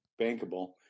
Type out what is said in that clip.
bankable